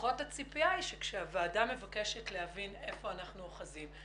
לפחות הציפייה היא שכאשר הוועדה מבקשת להבין איפה אנחנו אוחזים,